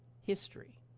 history